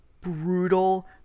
brutal